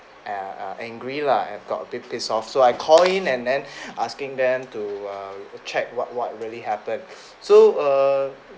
uh uh angry lah I've got a bit pissed off so I called in and then asking them to uh check what what really happened so err